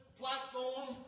platform